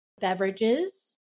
beverages